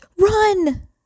run